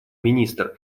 министр